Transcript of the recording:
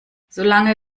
solange